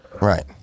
right